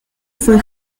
fue